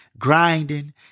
grinding